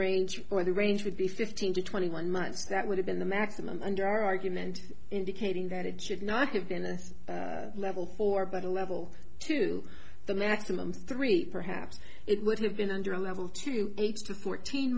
range for the range would be fifteen to twenty one months that would have been the maximum under our argument indicating that it should not have been a level four but a level two the maximum three perhaps it would have been under a level two eight to fourteen